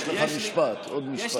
יש לך עוד משפט.